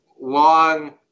long